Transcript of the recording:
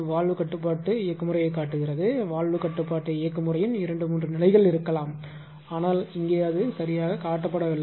valve கட்டுப்பாட்டு பொறிமுறையைக் காட்டுகிறது வால்வு கட்டுப்பாட்டு பொறிமுறையின் 2 3 நிலைகள் இருக்கலாம் ஆனால் இங்கே அது இங்கே யாக காட்டப்படவில்லை